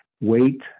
wait